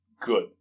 good